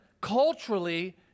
culturally